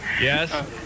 Yes